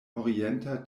orienta